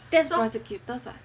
that is prosecutors [what]